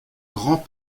grand